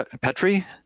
Petri